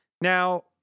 now